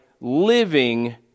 living